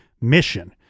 mission